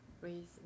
raise